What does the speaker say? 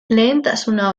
lehentasuna